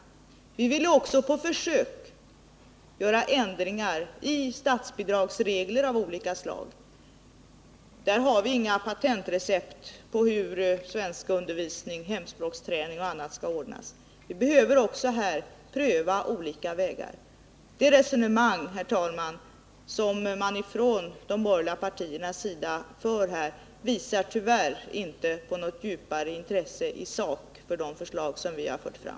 Vi ville också på försök göra ändringar i statsbidragsregler av olika slag. Där har vi inga patentrecept på hur svenskundervisning, hemspråksträning m.m. skall ordnas. Vi behöver också här pröva olika vägar. Det resonemang, herr talman, som man från de borgerliga partiernas sida för här visar tyvärr inte på något djupare intresse i sak för de förslag som vi har fört fram.